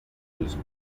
was